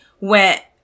went